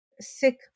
sick